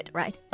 right